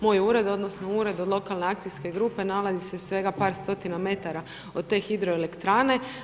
Moj ured odnosno ured od lokalne akcijske grupe nalazi se svega par stotina metara od te hidroelektrane.